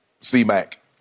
C-Mac